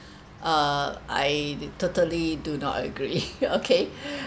uh I totally do not agree okay